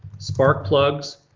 spark plugs,